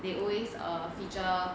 they always err feature